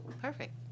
perfect